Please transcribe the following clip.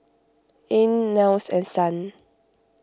Ean Niles and Son